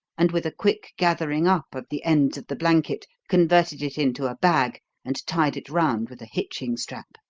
and with a quick gathering up of the ends of the blanket converted it into a bag and tied it round with a hitching strap.